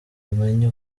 umenye